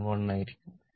11 ആയിരിക്കും